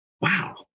Wow